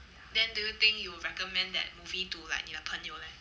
then do think you will recommend that movie to like 你的朋友 leh